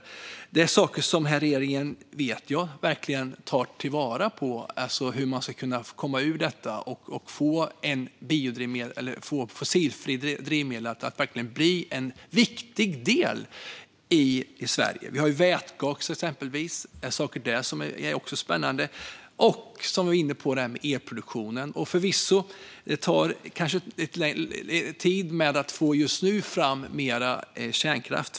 Jag vet att det är något som den här regeringen verkligen tar tag i för att komma ur detta och få fossilfritt drivmedel att bli en viktig del i Sverige. Vi har exempelvis vätgas, som också är spännande, och elproduktionen. Förvisso kanske det just nu tar lite tid att få fram mer kärnkraft.